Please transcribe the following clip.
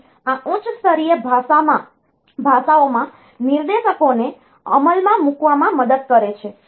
તેથી આ ઉચ્ચ સ્તરીય ભાષાઓમાં નિર્દેશકોને અમલમાં મૂકવામાં મદદ કરે છે